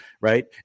right